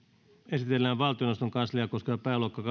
esitellään valtioneuvoston kansliaa koskeva pääluokka